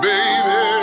Baby